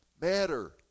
matter